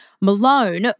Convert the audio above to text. Malone